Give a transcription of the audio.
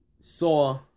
saw